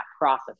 process